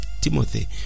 Timothy